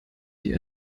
die